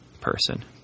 person